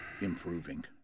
improving